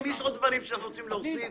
אם יש דברים שאנחנו רוצים להוסיף,